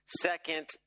second